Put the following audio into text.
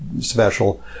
special